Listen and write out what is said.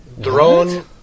drone